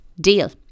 Deal